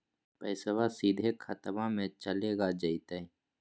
पैसाबा सीधे खतबा मे चलेगा जयते?